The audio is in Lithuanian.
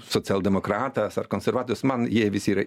socialdemokratas ar konservuotus man jie visi yra